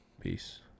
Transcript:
Peace